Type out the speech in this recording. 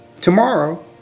Tomorrow